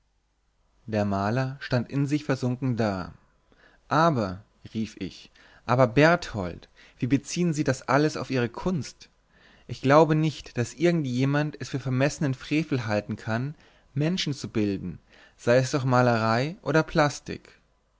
der maler stand in sich versunken da aber rief ich aber berthold wie beziehen sie das alles auf ihre kunst ich glaube nicht daß irgend jemand es für vermessenen frevel halten kann menschen zu bilden sei es durch malerei oder plastik